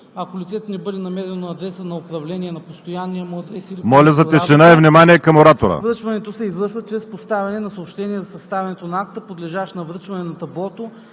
Ако лицето не бъде намерено на адреса на управление, на постоянния му адрес или по месторабота, връчването се извършва чрез поставяне на съобщение за съставянето на акта, подлежащ на връчване, на таблото